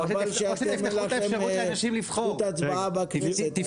חבל שאין לכם זכות הצבעה בכנסת.